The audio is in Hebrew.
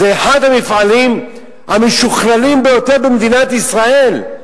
זה אחד המפעלים המשוכללים ביותר במדינת ישראל.